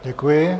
Děkuji.